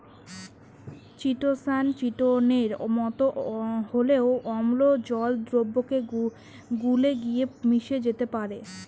chitosan চিটোনের মতো হলেও অম্ল জল দ্রাবকে গুলে গিয়ে মিশে যেতে পারে